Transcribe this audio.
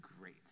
great